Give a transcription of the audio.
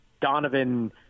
Donovan